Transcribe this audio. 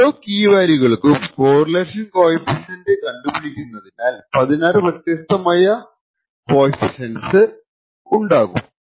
ഓരോ കീ വാല്യൂകൾക്കും correlation coefficient കണ്ടുപിടിക്കുന്നതിൻൽ 16 വ്യത്യാസമായ കോഫിഷ്യന്റ്സ് ഉണ്ടാകും